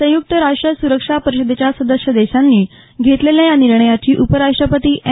संयुक्त राष्ट्र सुरक्षा परिषदेच्या सदस्य देशांनी घेतलेल्या या निर्णयाची उपराष्ट्रपती एम